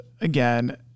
again